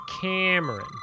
Cameron